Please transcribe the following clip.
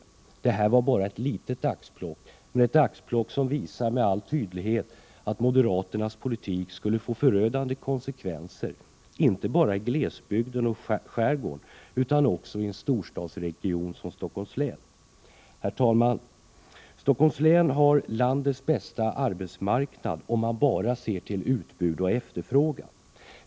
Det här var bara ett litet axplock. Men det är ett axplock som med all tydlighet visar att moderaternas politik skulle få förödande konsekvenser, inte bara i glesbygden och i skärgården utan också i en storstadsregion som Stockholms län. Herr talman! Stockholms län har landets bästa arbetsmarknad, om man bara ser till utbud och efterfrågan.